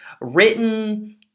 written